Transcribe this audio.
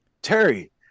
Terry